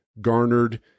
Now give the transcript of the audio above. garnered